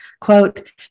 quote